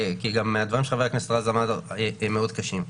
כי הדברים שחבר הכנסת רז אמר הם מאוד קשים.